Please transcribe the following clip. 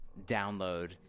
download